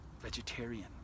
Vegetarian